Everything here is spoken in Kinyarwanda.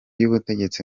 y’ubutegetsi